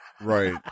Right